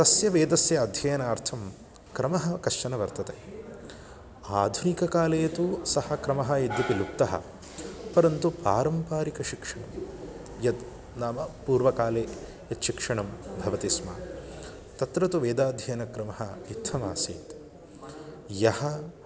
तस्य वेदस्य अध्ययनार्थं क्रमः कश्चन वर्तते आधुनिककाले तु सः क्रमः यद्यपि लुप्तः परन्तु पारम्पारिकशिक्षणं यत् नाम पूर्वकाले यत् शिक्षणं भवति स्म तत्र तु वेदाध्ययनक्रमः इत्थमासीत् यः